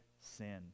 sin